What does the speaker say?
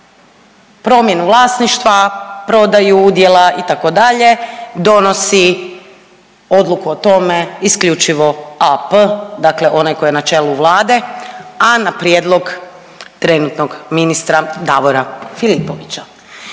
promjenu vlasničku, prodaju udjela, itd., donosi odluku o tome isključivo AP, dakle onaj koji je načelu, a na prijedlog trenutnog ministra Davora Filipovića.